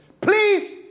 please